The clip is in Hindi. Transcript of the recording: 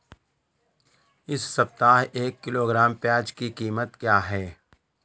इस सप्ताह एक किलोग्राम प्याज की कीमत क्या है?